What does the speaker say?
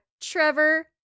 Trevor